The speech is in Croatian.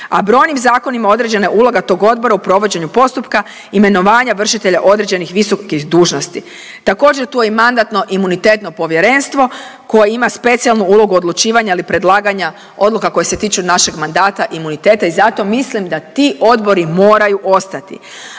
a brojnim zakonima određena je uloga tog odbora u provođenju postupka imenovanja vršitelja određenih visokih dužnosti. Također tu je i Mandatno-imunitetno povjerenstvo koje ima specijalnu ulogu odlučivanja ili predlaganja odluka koje se tiču našeg mandata, imuniteta i zato mislim da ti odbori moraju ostati.